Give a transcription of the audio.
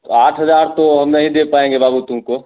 तो आठ हजार तो हम नहीं दे पाएँगे बाबू तुमको